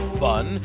fun